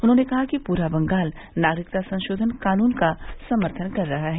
उन्होंने कहा कि पूरा बंगाल नागरिकता संशोधन कानून का समर्थन कर रहा है